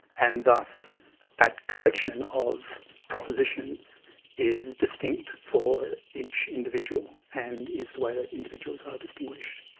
and thus that collection of propositions is distinct for each individual and is the way that individuals are distinguished.